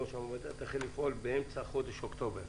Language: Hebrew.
ועומד להתחיל לפעול באמצע חודש אוקטובר,